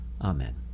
Amen